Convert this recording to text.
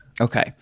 Okay